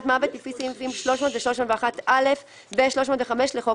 מוות לפי סעיפים 300 ו-301א ו-305 לחוק